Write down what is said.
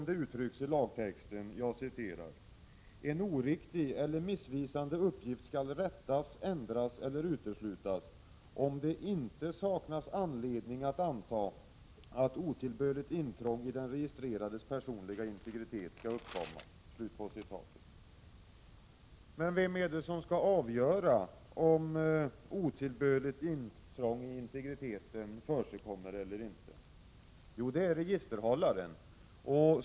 Det uttrycks på följande sätt i lagförslaget: ”En oriktig eller missvisande uppgift skall rättas, ändras eller uteslutas, om det inte saknas anledning att anta att otillbörligt intrång i den registrerades personliga integritet skall uppkomma.” Men vem är det som skall avgöra om otillbörligt intrång i integriteten förekommer eller inte? Jo, det registerhållaren.